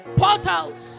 portals